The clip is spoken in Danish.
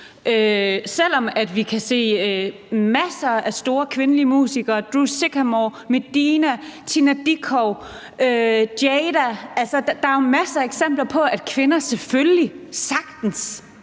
se, at der er masser af store kvindelige musikere som Drew Sycamore, Medina, Tina Dickow og Jada. Der er jo masser af eksempler på, at kvinder selvfølgelig besidder